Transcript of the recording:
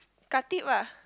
Khatib ah